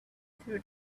through